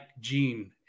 Gene